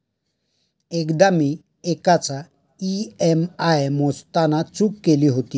एकदा मी एकाचा ई.एम.आय मोजताना चूक केली होती